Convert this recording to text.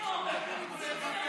תגבו את זה גם,